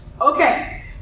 Okay